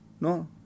No